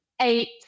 eight